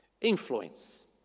Influence